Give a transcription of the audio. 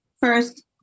first